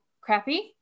crappy